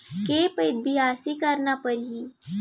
के पइत बियासी करना परहि?